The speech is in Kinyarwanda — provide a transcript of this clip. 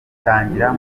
itangira